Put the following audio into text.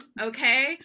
okay